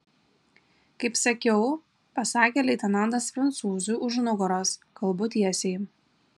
kaip sakiau pasakė leitenantas prancūzui už nugaros kalbu tiesiai